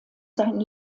seinen